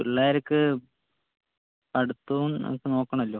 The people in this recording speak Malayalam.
പിള്ളേർക്ക് പഠിത്തവും നമുക്ക് നോക്കണമല്ലോ